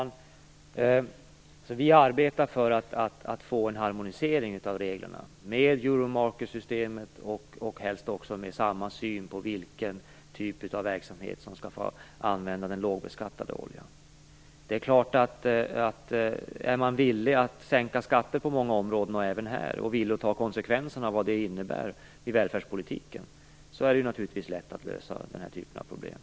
Fru talman! Vi arbetar för att få en harmonisering av reglerna med systemet med Euromarker och helst också med samma syn på vilken typ av verksamhet som skall få använda den lågbeskattade oljan. Är man villig att sänka skatter på många områden - även här - och ta konsekvenserna av vad det innebär i välfärdspolitiken, är det naturligtvis lätt att lösa den här typen av problem.